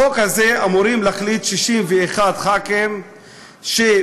בחוק הזה אמורים להחליט 61 ח"כים שבשביל